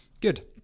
Good